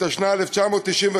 התשנ"ה 1995,